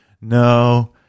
No